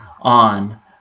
on